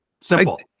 simple